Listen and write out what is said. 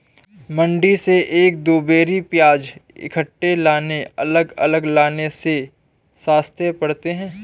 मंडी से एक दो बोरी प्याज इकट्ठे लाने अलग अलग लाने से सस्ते पड़ते हैं